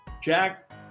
Jack